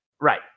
Right